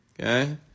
Okay